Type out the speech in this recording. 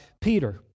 Peter